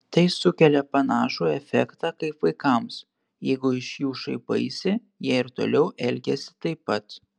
tai sukelia panašų efektą kaip vaikams jeigu iš jų šaipaisi jie ir toliau elgiasi taip pat